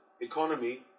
economy